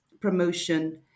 promotion